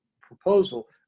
proposal